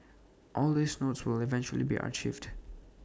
all these notes will eventually be archived